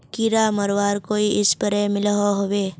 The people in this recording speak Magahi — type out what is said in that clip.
कीड़ा मरवार कोई स्प्रे मिलोहो होबे?